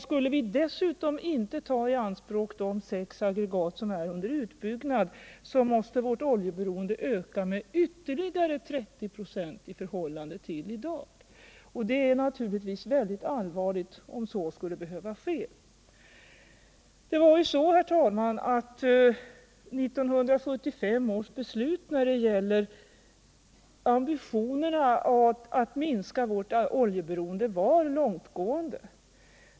Skulle vi dessutom inte ta i anspråk de sex aggregat som är under utbyggnad måste vårt oljeberoende öka med ytterligare 30 96 i förhållande till i dag. Det är naturligtvis väldigt allvarligt om så skulle behöva ske. 1975 års beslut när det gäller ambitionerna att minska vårt oljeberoende var långtgående.